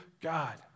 God